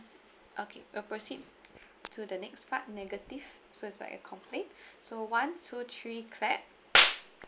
okay we'll proceed to the next part negative so it's like a complaint so one two three clap